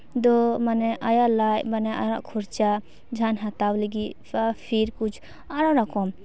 ᱫᱚ ᱢᱟᱱᱮ ᱟᱭᱟᱜ ᱞᱟᱡ ᱢᱟᱱᱮ ᱟᱭᱟᱜ ᱠᱷᱚᱨᱪᱟ ᱡᱟᱦᱟᱱ ᱦᱟᱛᱟᱣ ᱞᱟᱹᱜᱤᱫ ᱯᱷᱤᱨ ᱠᱩᱪ ᱟᱨᱚ ᱨᱚᱠᱚᱢ